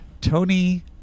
Tony